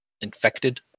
infected